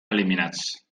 eliminats